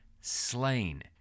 slain